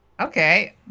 okay